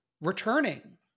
returning